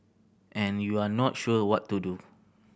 and you're not sure what to do